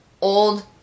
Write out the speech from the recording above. old